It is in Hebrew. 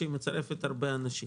שהיא מצרפת הרבה אנשים.